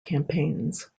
campaigns